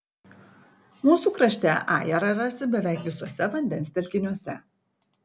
mūsų krašte ajerą rasi beveik visuose vandens telkiniuose